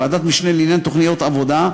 ועדת משנה לעניין תוכניות עבודה,